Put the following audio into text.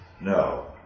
No